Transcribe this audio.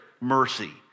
mercy